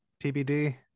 TBD